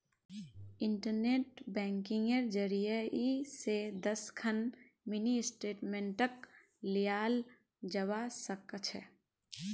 internet बैंकिंगेर जरियई स दस खन मिनी स्टेटमेंटक लियाल जबा स ख छ